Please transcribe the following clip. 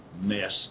mess